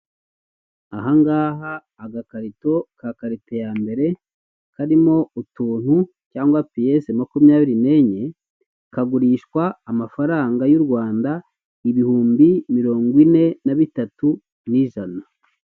Aha ngaha agakarito ka karite ya mbere karimo utuntu cyangwa piyese makumyabiri nenye, kagurishwa amafaranga y'u Rwanda ibihumbi mirongo ine na bitatu n'ijana.